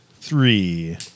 three